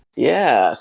yeah.